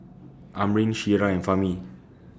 Amrin Syirah and Fahmi